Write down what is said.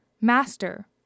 master